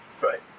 right